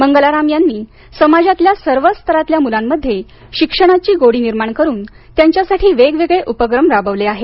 मंगलाराम यांनी समाजातल्या सर्व स्तरातल्या मुलांमध्ये शिक्षणाची गोडी निर्माण करून त्यांच्यासाठी वेगवेगळे उपक्रम राबवले आहेत